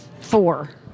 Four